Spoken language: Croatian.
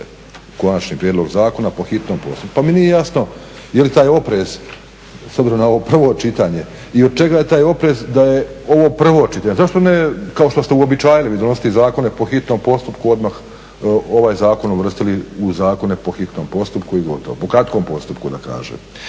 konačni prijedlog zakona po hitnom postupku, pa mi nije jasno je li taj oprez s obzirom na ovo prvo čitanje i od čega je taj oprez da je ovo prvo čitanje. Zašto ne kao što ste uobičajili iznositi zakone po hitnom postupku odmah ovaj zakon uvrstili u zakone po hitnom postupku i gotovo, po kratkom postupku da kažem.